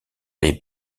les